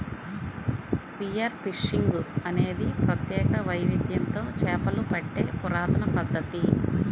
spear fishing అనేది ప్రత్యేక వైవిధ్యంతో చేపలు పట్టే పురాతన పద్ధతి